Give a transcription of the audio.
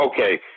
okay